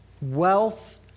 wealth